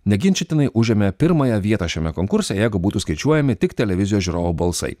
neginčytinai užėmė pirmąją vietą šiame konkurse jeigu būtų skaičiuojami tik televizijos žiūrovų balsai